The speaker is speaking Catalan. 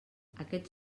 aquests